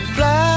Fly